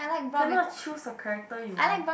cannot choose the character you want